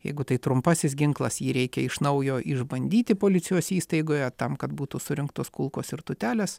jeigu tai trumpasis ginklas jį reikia iš naujo išbandyti policijos įstaigoje tam kad būtų surinktos kulkos ir tūtelės